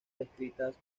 descritas